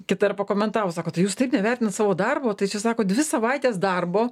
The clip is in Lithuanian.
kita ir pakomentavo sako tai jūs taip nevertinat savo darbo tai čia sako dvi savaitės darbo